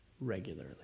regularly